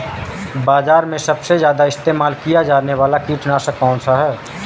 बाज़ार में सबसे ज़्यादा इस्तेमाल किया जाने वाला कीटनाशक कौनसा है?